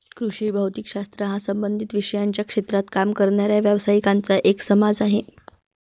कृषी भौतिक शास्त्र हा संबंधित विषयांच्या क्षेत्रात काम करणाऱ्या व्यावसायिकांचा एक समाज आहे